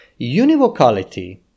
univocality